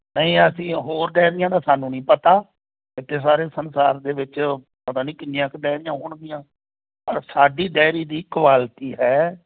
ਨਹੀਂ ਅਸੀਂ ਹੋਰ ਡੈਰੀਆਂ ਦਾ ਸਾਨੂੰ ਨਹੀਂ ਪਤਾ ਇੱਥੇ ਸਾਰੇ ਸੰਸਾਰ ਦੇ ਵਿੱਚ ਪਤਾ ਨਹੀਂ ਕਿੰਨੀਆਂ ਕੁ ਡੈਰੀਆਂ ਹੋਣਗੀਆਂ ਪਰ ਸਾਡੀ ਡਾਇਰੀ ਦੀ ਕੁਆਲਿਟੀ ਹੈ